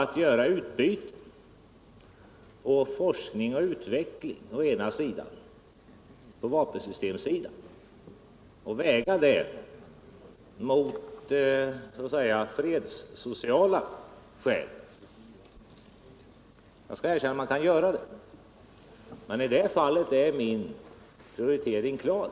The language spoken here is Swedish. Att göra ett utbyte och väga forskning och utveckling på vapensystemsidan mot så att säga fredssociala skäl skall jag erkänna att man kan, men i det fallet är min prioritering klar.